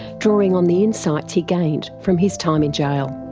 drawing on the insights he gained from his time in jail.